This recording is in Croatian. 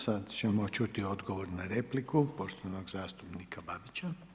Sada ćemo čuti odgovor na repliku poštovanog zastupnika Babića.